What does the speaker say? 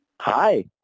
Hi